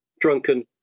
drunken